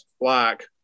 black